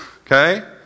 Okay